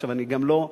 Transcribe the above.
אני גם לא,